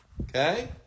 Okay